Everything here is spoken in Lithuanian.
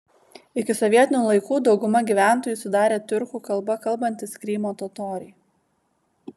iki sovietinių laikų daugumą gyventojų sudarė tiurkų kalba kalbantys krymo totoriai